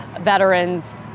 veterans